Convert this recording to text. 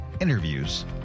interviews